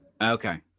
okay